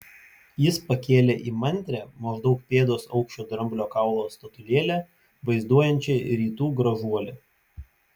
jis pakėlė įmantrią maždaug pėdos aukščio dramblio kaulo statulėlę vaizduojančią rytų gražuolę